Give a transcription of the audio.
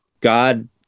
god